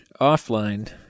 offline